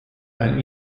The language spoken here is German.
einem